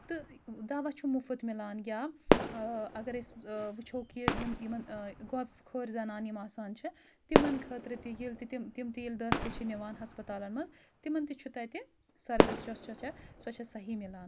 تہٕ دَوا چھُ مُفت مِلان یا اَگر أسۍ وٕچھو کہِ یِم یِمَن گۄپھِ خورۍ زَنان یِم آسان چھِ تِمَن خٲطرٕ تہِ ییٚلہِ تہِ تِم تِم تہِ ییٚلہِ دٲخلہٕ چھِ نِوان ہَسپَتالَن منٛز تِمَن تہِ چھُ تَتہِ سٔروِس یۄس چھےٚ سۄ چھےٚ سۄ چھےٚ صحیح مِلان